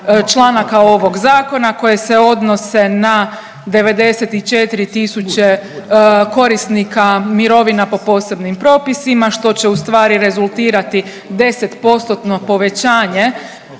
članaka ovog zakona koje se odnose na 94000 korisnika mirovina po posebnim propisima što će u stvari rezultirati deset postotno